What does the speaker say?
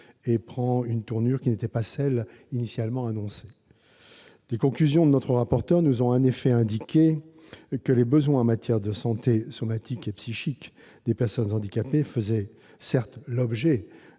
et prend une tournure différente de celle qui avait été initialement annoncée. Les conclusions de notre rapporteur ont effet mis en lumière que les besoins en matière de santé somatique et psychique des personnes handicapées faisaient certes l'objet